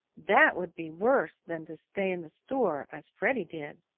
that would be worse than to stay in the store, as freddie did.